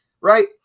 right